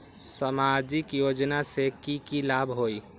सामाजिक योजना से की की लाभ होई?